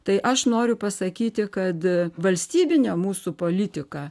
tai aš noriu pasakyti kad valstybinė mūsų politika